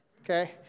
okay